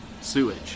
sewage